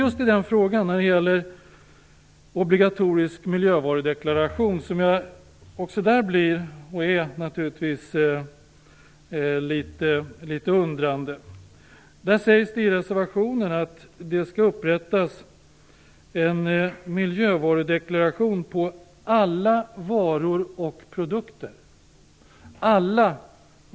Också i frågan om obligatorisk miljövarudeklaration är jag litet undrande. Det sägs i reservationen att det skall upprättas en miljövarudeklaration på alla varor och produkter.